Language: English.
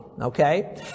Okay